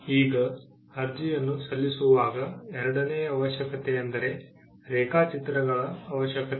ಈಗ ಅರ್ಜಿಯನ್ನು ಸಲ್ಲಿಸುವಾಗ ಎರಡನೆಯ ಅವಶ್ಯಕತೆಯೆಂದರೆ ರೇಖಾಚಿತ್ರಗಳ ಅವಶ್ಯಕತೆ